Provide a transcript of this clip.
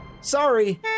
Sorry